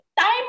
time